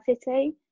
city